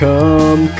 Come